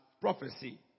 prophecy